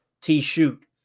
T-shoot